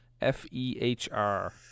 F-E-H-R